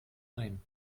ein